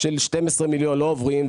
של 12 מיליון לא עוברים,